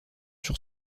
sur